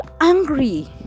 angry